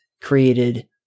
created